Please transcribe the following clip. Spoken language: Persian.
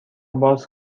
باز